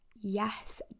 yes